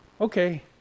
okay